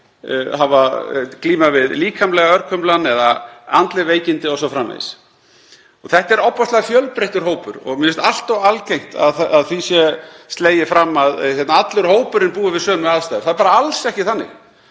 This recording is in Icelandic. glíma við líkamleg örkuml eða andleg veikindi o.s.frv. Þetta er ofboðslega fjölbreyttur hópur og mér finnst allt of algengt að því sé slegið fram að allur hópurinn búi við sömu aðstæður. Það er bara alls ekki þannig.